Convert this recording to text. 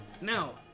Now